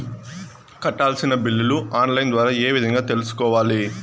కట్టాల్సిన బిల్లులు online ద్వారా ఏ విధంగా తెలుసుకోవాలి?